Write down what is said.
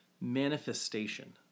manifestation